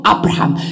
Abraham